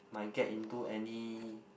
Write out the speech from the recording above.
might get into any